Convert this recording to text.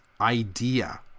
idea